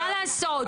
מה לעשות.